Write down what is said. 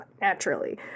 naturally